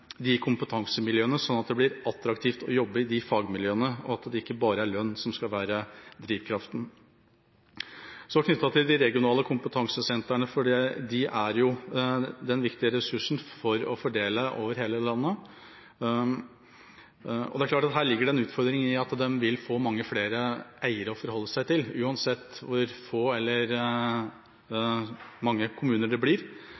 kompetansemiljøene, sånn at det blir attraktivt å jobbe i de fagmiljøene og det ikke bare er lønn som skal være drivkraften. Så til de regionale kompetansesentrene, for de er den viktige ressursen for å fordele kompetanse over hele landet: Det er klart at her ligger det en utfordring i at de vil få mange flere eiere å forholde seg til, uansett hvor få eller mange kommuner det blir,